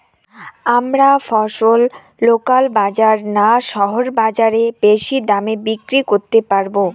আমরা ফসল লোকাল বাজার না শহরের বাজারে বেশি দামে বিক্রি করতে পারবো?